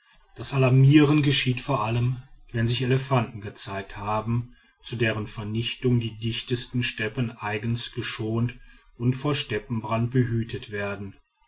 das alarmieren geschieht vor allem wenn sich elefanten gezeigt haben zu deren vernichtung die dichtesten steppen eigens geschont und vor steppenbrand behütet werden